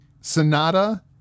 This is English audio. Sonata